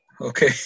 Okay